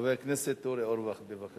חבר הכנסת אורי אורבך, בבקשה.